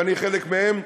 ואני חלק מהם,